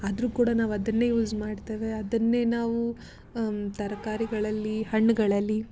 ಆದರೂ ಕೂಡ ನಾವು ಅದನ್ನೇ ಯೂಸ್ ಮಾಡ್ತೇವೆ ಅದನ್ನೇ ನಾವು ತರಕಾರಿಗಳಲ್ಲಿ ಹಣ್ಣುಗಳಲ್ಲಿ